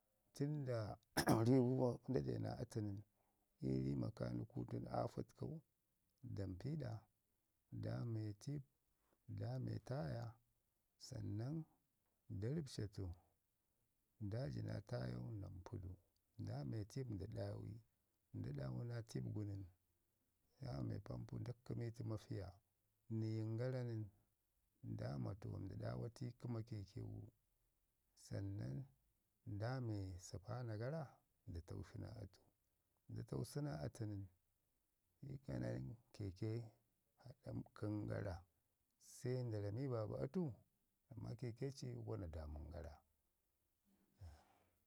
tən da nda de naa atu nən iri makaniku tən aa fətkau nda mpi ɗa, nda me tip, nda me taya, sannan nda rəbca tu nda ji naa taayau nda mpi du, nda me tip nda ɗawi, nda ɗawu natip gu nən, nda me pampu nda kəmi tu mafiya, niyin gara nən nda ma tuwam nda ɗawa i kəma keke gu, sannan nda me səpana gara nda taushi naa atu. Nda tausu naa atu nən, shike nan keke nəɓkən gara. Se nda rami baba atu ma keke ci wana daamən gara.